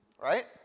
Right